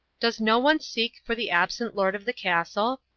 does no one seek for the absent lord of the castle,